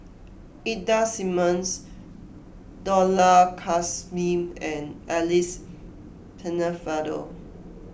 Ida Simmons Dollah Kassim and Alice Pennefather